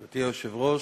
גברתי היושבת-ראש,